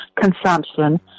consumption